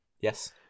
Yes